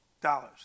dollars